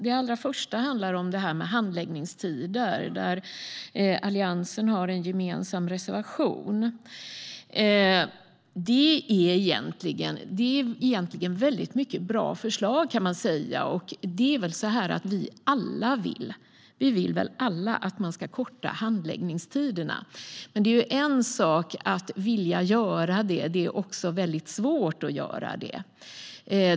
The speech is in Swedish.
Den första delen handlar om detta med handläggningstider, där Alliansen har en gemensam reservation. Det är egentligen väldigt mycket bra förslag, kan man säga. Vi vill väl alla att handläggningstiderna ska kortas. Men det är en sak att vilja göra det - det är också väldigt svårt att göra det.